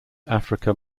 africa